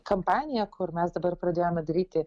kampaniją kur mes dabar pradėjome daryti